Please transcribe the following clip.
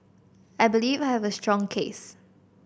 I believe I have a strong case